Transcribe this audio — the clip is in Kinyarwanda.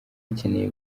akeneye